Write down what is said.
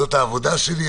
זאת העבודה שלי.